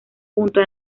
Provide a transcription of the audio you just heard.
junto